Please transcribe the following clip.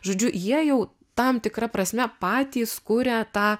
žodžiu jie jau tam tikra prasme patys kuria tą